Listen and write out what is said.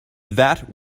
that